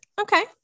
Okay